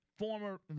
Former